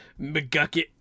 McGucket